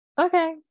okay